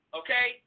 okay